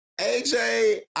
aj